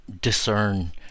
discern